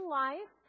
life